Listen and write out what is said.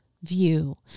view